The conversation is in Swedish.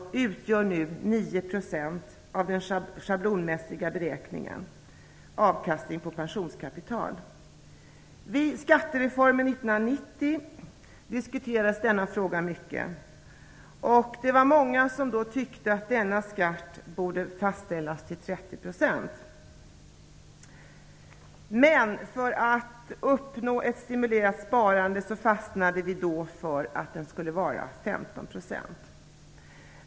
Den utgör nu 9 % av en schablonmässigt beräknad avkastning på pensionskapitalet. Vid 1990 års skattereform diskuterades denna fråga mycket. Det var många som då tyckte att denna skatt borde fastställas till 30 %. Men för att stimulera ett långsiktigt sparande fastnade vi för att den skulle vara 15 %.